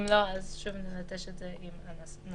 אם לא, אז שוב נלטש את זה עם הנסחית.